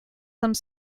some